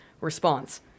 response